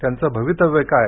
त्यांचं भवितव्य काय